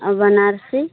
और बनारसी